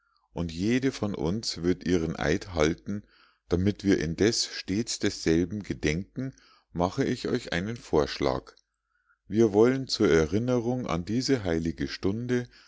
und jede von uns wird ihren eid halten damit wir indes stets desselben gedenken mache ich euch einen vorschlag wir wollen zur erinnerung an diese heilige stunde